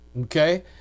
Okay